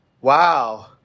Wow